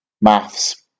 maths